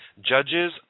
Judges